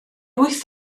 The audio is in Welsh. wyth